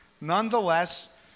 nonetheless